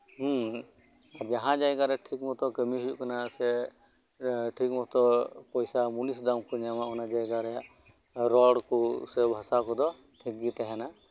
ᱦᱮᱸ ᱡᱟᱦᱟᱸ ᱡᱟᱭᱜᱟᱨᱮ ᱴᱷᱤᱠ ᱢᱚᱛᱚ ᱠᱟᱢᱤ ᱦᱩᱭᱩᱜ ᱠᱟᱱᱟ ᱥᱮ ᱴᱷᱤᱠ ᱢᱚᱛᱚ ᱯᱚᱭᱥᱟ ᱢᱩᱱᱤᱥ ᱫᱟᱢ ᱠᱚ ᱧᱟᱢᱟ ᱚᱱᱟ ᱡᱟᱭᱜᱟ ᱨᱮᱭᱟᱜ ᱨᱚᱲ ᱠᱚ ᱥᱮ ᱵᱷᱟᱥᱟ ᱠᱚ ᱫᱚ ᱴᱷᱤᱠ ᱜᱮ ᱛᱟᱦᱮᱸᱱᱟ